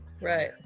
Right